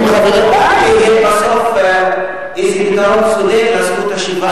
אולי בסוף יהיה איזה פתרון צודק לזכות השיבה.